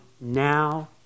now